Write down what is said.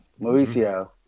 Mauricio